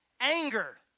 Anger